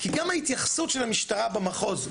כי גם ההתייחסות של המשטרה במחוז,